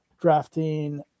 drafting